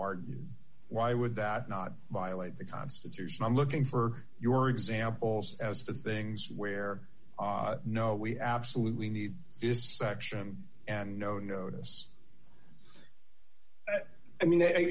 r why would that not violate the constitution i'm looking for your examples of things where no we absolutely need this section and no notice i mean i